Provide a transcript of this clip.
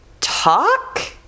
talk